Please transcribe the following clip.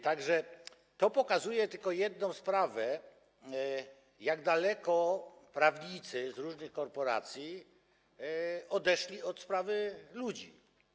Tak że to pokazuje tylko jedną sprawę: jak daleko prawnicy z różnych korporacji odeszli od sprawy ludzi.